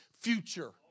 future